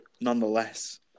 nonetheless